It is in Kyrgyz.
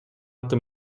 аты